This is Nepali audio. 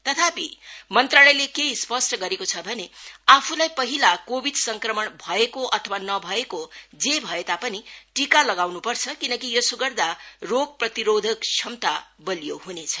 तथापि मन्त्रालयले के स्पष्ट गरेको छ भने आफूलाई पहिला कोविड संक्रमण भएको अथवा नभएको जे भए तापनि टीका लगाउनु पर्छ किनकि यसो गर्दा रोग प्रतिरोधक क्षमता बलियो हुनेछ